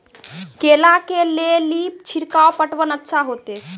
केला के ले ली छिड़काव पटवन अच्छा होते?